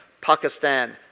Pakistan